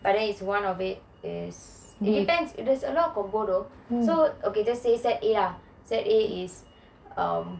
but then is one of it depends there is a lot combo though so just say set A ah set A is